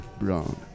Brown